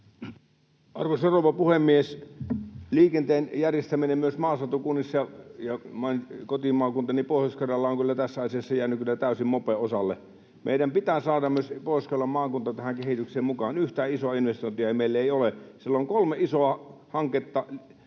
Arvoisa rouva puhemies! Liikenteen järjestäminen myös maaseutukunnissa... Kotimaakuntani Pohjois-Karjala on kyllä tässä asiassa jäänyt täysin mopen osalle. Meidän pitää saada myös Pohjois-Karjalan maakunta tähän kehitykseen mukaan. Yhtään isoa investointia meille ei ole. Siellä on kolme isoa hanketta —